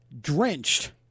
drenched